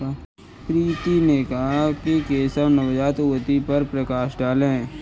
प्रीति ने कहा कि केशव नवजात उद्यमिता पर प्रकाश डालें